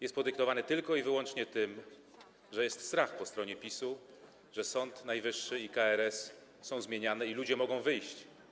Jest podyktowany tylko i wyłącznie tym, że jest strach po stronie PiS-u, że Sąd Najwyższy i KRS są zmieniane i ludzie mogą wyjść.